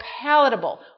palatable